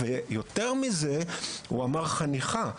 הוא דיבר על חניכה.